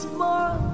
more